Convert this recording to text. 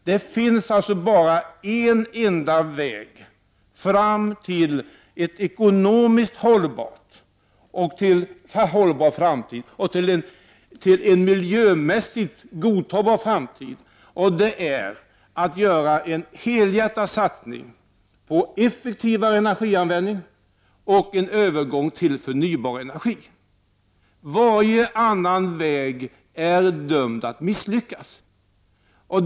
Det finns bara en väg fram till en ekonomiskt hållbar framtid och till en miljömässigt godtagbar framtid, och den är att helhjärtat satsa på effektivare energianvändning samt övergång till förnybar energi. Varje annan väg är dömd att misslyckas.